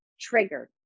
triggered